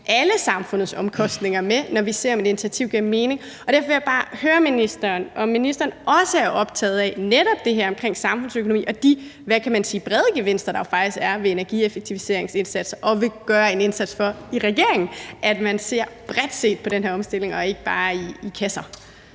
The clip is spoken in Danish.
alle samfundets omkostninger med, når vi ser på, om et initiativ giver mening. Derfor vil jeg bare høre ministeren, om ministeren også er optaget af netop det her omkring samfundsøkonomien og de, kan man sige, brede gevinster, der faktisk er ved energieffektiviseringsindsatser, og vil gøre en indsats i regeringen for, at man ser bredt på den her omstilling og ikke bare i kasser.